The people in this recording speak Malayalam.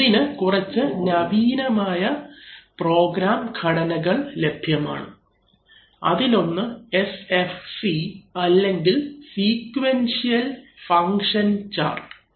ഇതിന് കുറച്ച് നവീനമായ പ്രോഗ്രാം ഘടനകൾ ലഭ്യമാണ് അതിലൊന്ന് SFC അല്ലെങ്കിൽ സ്വീകുവെന്ഷിയൽ ഫംഗ്ഷൻ ചാർട്ട് ആണ്